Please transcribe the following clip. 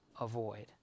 avoid